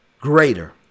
greater